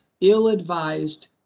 ill-advised